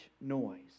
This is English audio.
noise